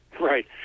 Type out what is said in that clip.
right